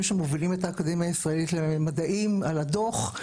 שמובילים את האקדמיה הישראלית למדעים על הדוח.